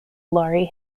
laurie